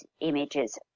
images